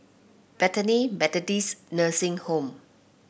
Bethany Methodist Nursing Home